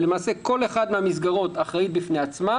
למעשה כל אחת מן המסגרות אחראית בפני עצמה,